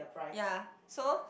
ya so